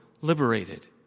liberated